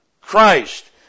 Christ